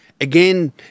Again